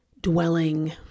dwelling